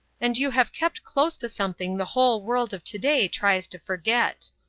and you have kept close to something the whole world of today tries to forget.